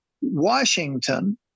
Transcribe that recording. Washington